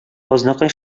азнакай